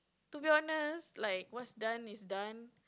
to be honest like what's done is done